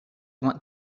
want